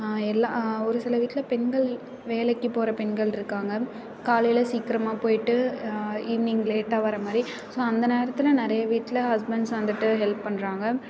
எல்லாம் ஒரு சில வீட்டில் பெண்கள் வேலைக்கு போகிற பெண்கள்ருக்காங்க காலையில் சீக்கிரமாக போய்ட்டு ஈவ்னிங் லேட்டாக வரமாதிரி ஸோ அந்த நேரத்தில் நிறைய வீட்டில் ஹஸ்பண்ட்ஸ் வந்துட்டு ஹெல்ப் பண்ணுறாங்க